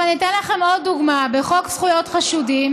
אני אתן לכם עוד דוגמה: בחוק זכויות חשודים